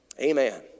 Amen